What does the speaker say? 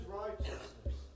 righteousness